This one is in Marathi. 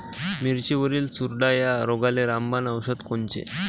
मिरचीवरील चुरडा या रोगाले रामबाण औषध कोनचे?